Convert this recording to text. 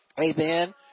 Amen